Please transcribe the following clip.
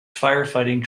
firefighting